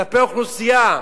כלפי אוכלוסייה.